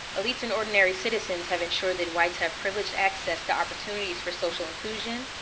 elites and ordinary citizens have ensured that whites have privileged access to opportunities for social inclusion,